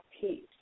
peace